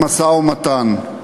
המשא-ומתן.